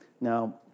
now